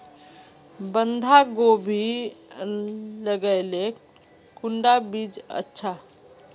बंधाकोबी लगाले कुंडा बीज अच्छा?